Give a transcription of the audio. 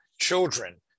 children